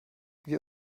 wir